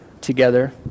together